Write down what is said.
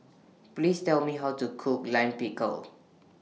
Please Tell Me How to Cook Lime Pickle